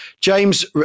James